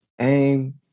Aim